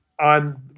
on